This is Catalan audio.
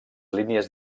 línies